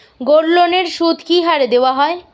গোল্ডলোনের সুদ কি হারে দেওয়া হয়?